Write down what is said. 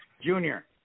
Junior